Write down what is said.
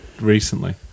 Recently